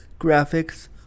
graphics